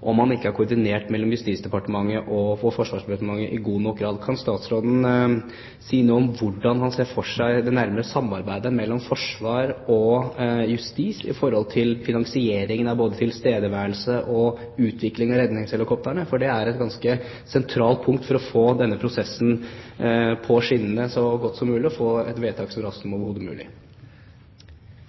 om samarbeidet mellom Justisdepartementet og Forsvarsdepartementet ikke er godt nok koordinert. Kan statsråden si noe om hvordan han ser for seg det nærmere samarbeidet mellom forsvar og justis når det gjelder finansieringen av både tilstedeværelse og utvikling av redningshelikoptre, for det er et ganske sentralt punkt for å få denne prosessen på skinner så godt som mulig – og få et vedtak så raskt som mulig?